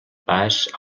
pas